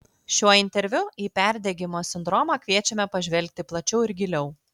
šiuo interviu į perdegimo sindromą kviečiame pažvelgti plačiau ir giliau